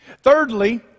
Thirdly